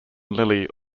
lily